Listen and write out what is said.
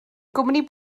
gwmni